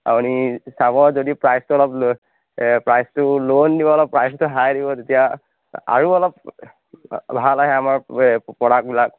আপুনি চাব যদি প্ৰাইচটো অলপ প্ৰাইচটো ল' অলপ প্ৰাইচটো হাই দিব তেতিয়া আৰু অলপ ভাল আহে আমাৰ প্ৰডাক্টবিলাক